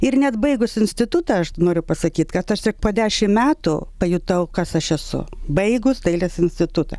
ir net baigus institutą aš noriu pasakyt kad aš tik po dešim metų pajutau kas aš esu baigus dailės institutą